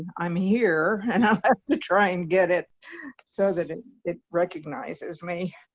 i'm here and ah to try and get it so that it it recognizes me